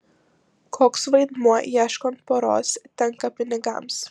koks vaidmuo ieškant poros tenka pinigams